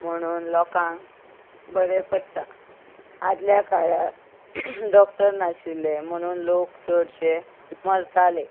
म्हणून लोकांक बरें पडटा आदल्या काळार डॉक्टर नाशिल्ले म्हणून लोक चडशे मरताले